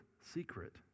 secret